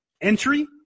Entry